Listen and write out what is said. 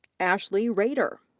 ashley rader.